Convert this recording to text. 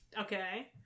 Okay